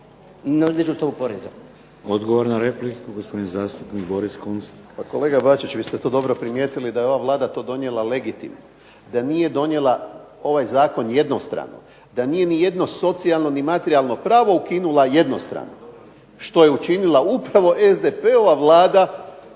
Vladimir (HDZ)** Odgovor na repliku, gospodin zastupnik Boris Kunst. **Kunst, Boris (HDZ)** Pa kolega Bačić vi ste to dobro primijetili da je ova Vlada to donijela legitimno, da nije donijela ovaj zakon jednostrano, da nije nijedno socijalno ni materijalno pravo ukinula jednostrano, što je učinila upravo SDP-ova vlada